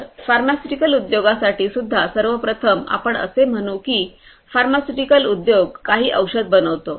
तर फार्मास्युटिकल उद्योगासाठीसुद्धा सर्वप्रथम आपण असे म्हणू की फार्मास्युटिकल उद्योग काही औषधे बनवतो